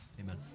Amen